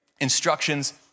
instructions